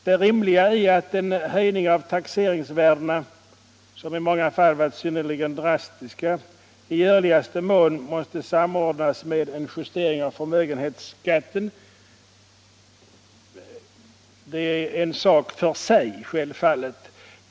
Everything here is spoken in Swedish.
Det rimliga i att en höjning av taxeringsvärdena, som i många fall varit synnerligen drastisk, i görligaste mån måste samordnas med en justering av förmögenhetsbeskattningen är självfallet en sak för sig.